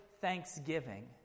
thanksgiving